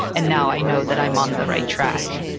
and now i know that i'm on the right track.